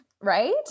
Right